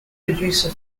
producer